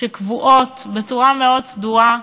שקבועות בצורה מאוד סדורה,